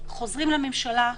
חוזרים לממשלה,